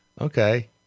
okay